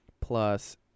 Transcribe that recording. plus